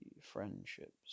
friendships